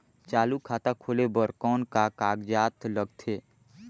चालू खाता खोले बर कौन का कागजात लगथे?